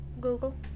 Google